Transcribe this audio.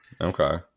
Okay